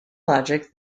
logic